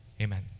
amen